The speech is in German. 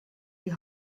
die